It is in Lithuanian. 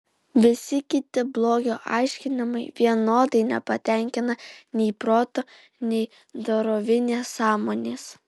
visi kiti blogio aiškinimai vienodai nepatenkina nei proto nei dorovinės sąmonės